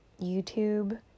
YouTube